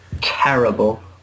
terrible